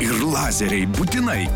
ir lazeriai būtinai